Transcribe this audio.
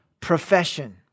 profession